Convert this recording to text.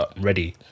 ready